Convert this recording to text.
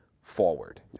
forward